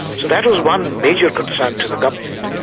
so that was one major concern to the government.